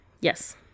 Yes